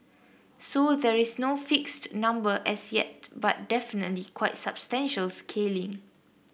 so there is no fixed number as yet but definitely quite substantial scaling